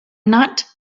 not